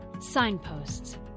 Signposts